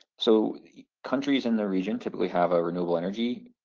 so countries in the region typically have a renewable energy